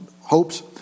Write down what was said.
hopes